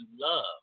love